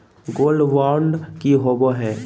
Gold bond की होबो है?